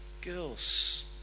girls